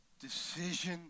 decision